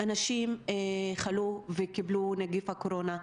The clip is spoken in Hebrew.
אנשים חלו וקיבלו את נגיף הקורונה,